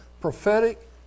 prophetic